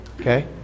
Okay